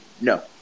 no